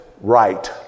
right